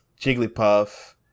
Jigglypuff